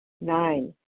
Nine